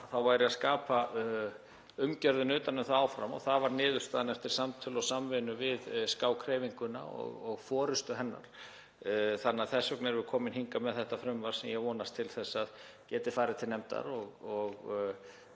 — væri að skapa umgjörðina utan um það áfram og það varð niðurstaðan eftir samtöl og samvinnu við skákhreyfinguna og forystu hennar. Þess vegna erum við komin hingað með þetta frumvarp sem ég vonast til að geti farið til nefndar.